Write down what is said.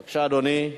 בבקשה, אדוני.